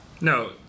No